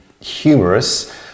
humorous